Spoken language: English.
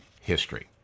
history